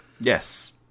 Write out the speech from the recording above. Yes